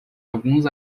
alguns